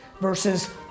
versus